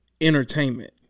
entertainment